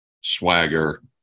swagger